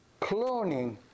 cloning